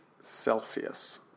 Celsius